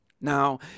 Now